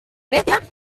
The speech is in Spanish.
grecia